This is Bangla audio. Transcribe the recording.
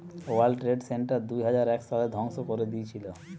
ওয়ার্ল্ড ট্রেড সেন্টার দুইহাজার এক সালে ধ্বংস করে দিয়েছিলো